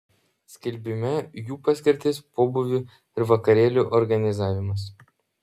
skelbime jų paskirtis pobūvių ir vakarėlių organizavimas